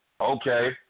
Okay